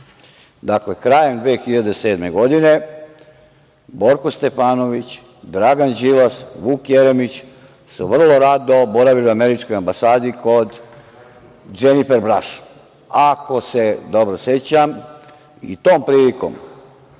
toga. Dakle, krajem 2007. godine Borko Stefanović, Dragan Đilas, Vuk Jeremić su vrlo rado boravili u Američkoj ambasadi kod Dženifer Braš. Ako se dobro sećam, tom prilikom